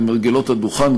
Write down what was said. למרגלות הדוכן,